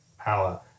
power